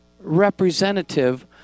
representative